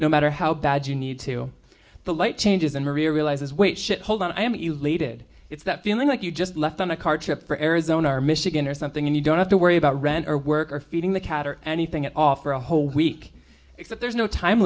no matter how bad you need to the light changes and realizes wait shit hold on i am elated it's that feeling like you just left on a car trip or arizona or michigan or something and you don't have to worry about rent or work or feeding the cat or anything at all for a whole week is that there's no time